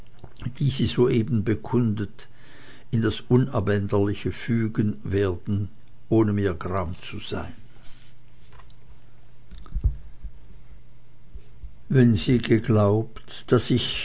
die sie so eben beurkundet in das unabänderliche fügen werden ohne mir gram zu sein wenn sie geglaubt daß ich